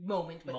Moment